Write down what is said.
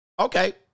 Okay